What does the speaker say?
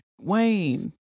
Wayne